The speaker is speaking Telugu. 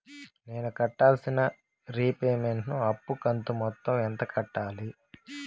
నేను కట్టాల్సిన రీపేమెంట్ ను అప్పు కంతు మొత్తం ఎంత కట్టాలి?